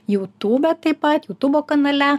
jūtūbe taip pat jūtūbo kanale